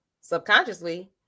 subconsciously